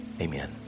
amen